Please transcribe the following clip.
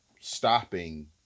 stopping